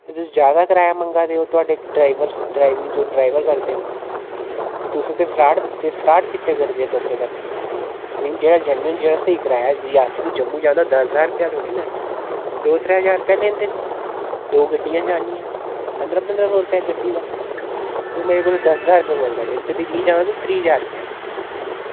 ते जादा किराया मंगा दे ओ थुआढ़े ड्राईवर ड्राईवर जो ड्राईवर करदे न तुस ते फ्राड कीते करदे न लोकें कन्नै ते जेह्ड़ा जैनूइन जेह्ड़ा स्हेई कराया रियासी टू जम्मू जाना दस ज्हार रपेआ थोह्ड़ा ऐ दो त्रै ज्हार रपेआ लैंदे न दो गड्डियां जानियां पंदरां पंदरां सौ रपेआ गड्डी दा ते ओह् मेरे कोला दस ज्हार रपेआ मंगा दे न ते दिल्ली जान दा त्रीह् ज्हार रपेआ